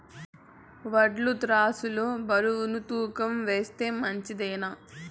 వడ్లు త్రాసు లో బరువును తూకం వేస్తే మంచిదేనా?